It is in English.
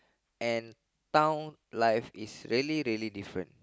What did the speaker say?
and town life is really really different